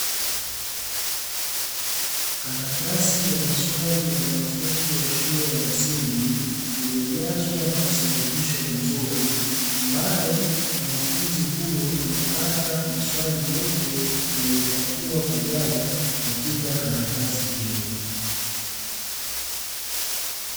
Karatasi ya maswali ya mwanafunzi wa shule ya msingi, iliyojazwa na kusahihishwa vizuri, ambayo mwanafunzi huyo amepata maswali yote, aliyotakiwa kujaza katika karatasi hiyo.